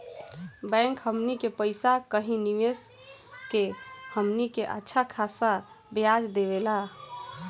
bank हमनी के पइसा कही निवेस कऽ के हमनी के अच्छा खासा ब्याज देवेला